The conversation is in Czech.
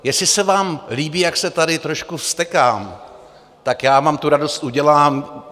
Jestli se vám líbí, jak se tady trošku vztekám, tak já vám tu radost udělám.